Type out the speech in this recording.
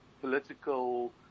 political